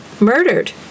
murdered